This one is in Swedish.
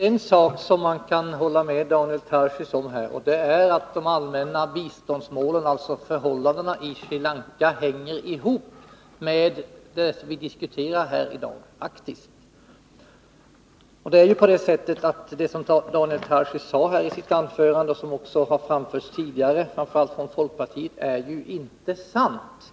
Herr talman! En sak kan man hålla med Daniel Tarschys om, och det är att de allmänna biståndsmålen och alltså även förhållandena i Sri Lanka faktiskt hänger ihop med det vi diskuterar här i dag. Men det som Daniel Tarschys sade i sitt anförande, vilket också tidigare har framförts från framför allt folkpartiet, är inte sant.